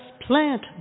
plant